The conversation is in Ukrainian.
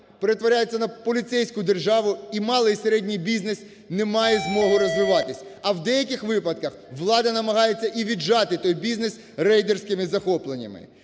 перетворюється на поліцейську державу. І малий, і середній бізнес не мають змоги розвиватись. А в деяких випадках влада намагається і "віджати" той бізнес рейдерськими захопленнями.